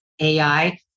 AI